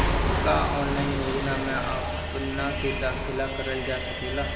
का ऑनलाइन योजनाओ में अपना के दाखिल करल जा सकेला?